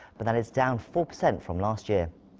but that is down four percent from last year.